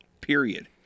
period